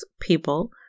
people